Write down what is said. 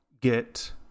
get